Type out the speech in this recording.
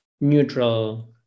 neutral